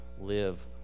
Live